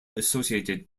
associated